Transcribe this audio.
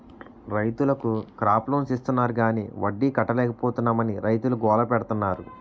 రైతులకు crop loans ఇస్తాన్నారు గాని వడ్డీ కట్టలేపోతున్నాం అని రైతులు గోల పెడతన్నారు